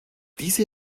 diese